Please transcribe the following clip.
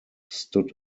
stood